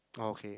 oh okay